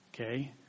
Okay